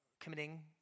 committing